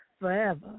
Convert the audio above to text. forever